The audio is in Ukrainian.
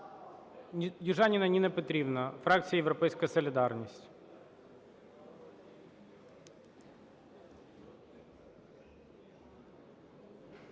Южаніна Ніна Петрівна, фракція "Європейська солідарність".